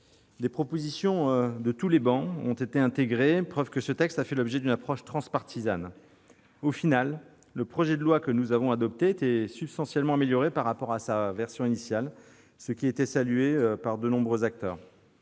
Des propositions venant de toutes les travées ont été intégrées, preuve que ce texte a fait l'objet d'une approche transpartisane. En définitive, le projet de loi que nous avons adopté était substantiellement amélioré par rapport à sa version initiale, ce qui a été salué par de nombreux acteurs.